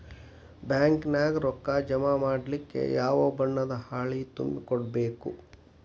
Bank ನ್ಯಾಗ ರೊಕ್ಕಾ ಜಮಾ ಮಾಡ್ಲಿಕ್ಕೆ ಯಾವ ಬಣ್ಣದ್ದ ಹಾಳಿ ತುಂಬಿ ಕೊಡ್ಬೇಕು?